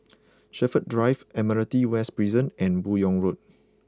Shepherds Drive Admiralty West Prison and Buyong Road